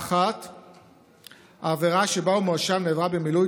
1. "העבירה שבה הוא מואשם נעברה במילוי